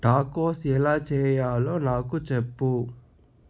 tacos ఎలా చెయ్యాలో నాకు చెప్పు